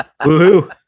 woohoo